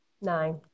Nine